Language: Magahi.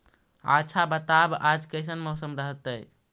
आच्छा बताब आज कैसन मौसम रहतैय?